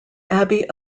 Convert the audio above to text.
abbey